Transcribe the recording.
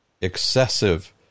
excessive